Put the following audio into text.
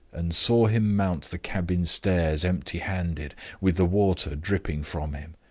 and saw him mount the cabin stairs empty-handed, with the water dripping from him.